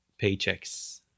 paychecks